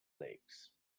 lakes